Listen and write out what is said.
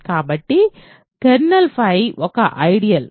కాబట్టి కెర్నల్ ఒక ఐడియల్